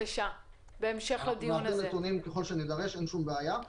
נעביר נתונים ככל שנידרש, אין שום בעיה.